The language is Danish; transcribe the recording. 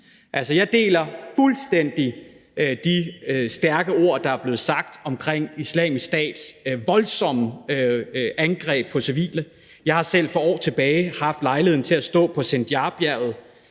Jeg deler fuldstændig de stærke ord, der er blevet sagt om Islamisk Stats voldsomme angreb på civile. Jeg har selv for år tilbage haft lejlighed til at stå på Sinjarbjerget